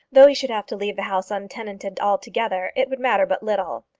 though he should have to leave the house untenanted altogether, it would matter but little.